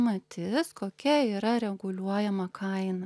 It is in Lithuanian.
matis kokia yra reguliuojama kaina